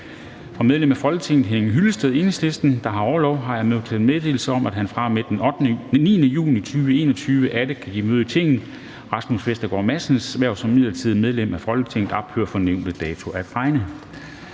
Fra medlem af Folketinget Henning Hyllested, Enhedslisten, der har orlov, har jeg modtaget meddelelse om, at han fra og med den 9. juni 2021 atter kan give møde i Tinget. Rasmus Vestergaard Madsens hverv som midlertidigt medlem af Folketinget ophører fra nævnte dato at regne.